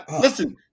Listen